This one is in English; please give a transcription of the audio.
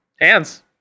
hands